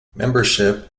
membership